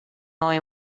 only